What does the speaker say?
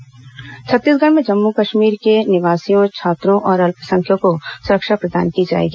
कश्मीर निवासी सुरक्षा छत्तीसगढ़ में जम्मू कश्मीर के निवासियों छात्रों और अल्पसंख्यकों को सुरक्षा प्रदान की जाएगी